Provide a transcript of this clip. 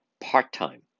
part-time